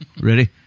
ready